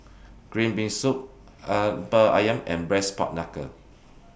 Green Bean Soup Ayam and Braised Pork Knuckle